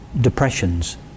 depressions